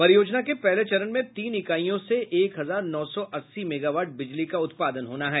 परियोजना के पहले चरण में तीन इकाइयों से एक हजार नौ सौ अस्सी मेगावाट बिजली का उत्पादन होना है